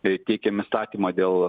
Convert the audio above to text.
jei teikiam įstatymą dėl